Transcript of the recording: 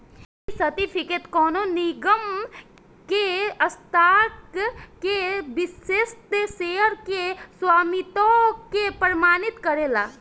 इ सर्टिफिकेट कवनो निगम के स्टॉक के विशिष्ट शेयर के स्वामित्व के प्रमाणित करेला